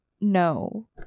no